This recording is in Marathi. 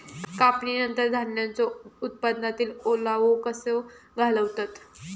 कापणीनंतर धान्यांचो उत्पादनातील ओलावो कसो घालवतत?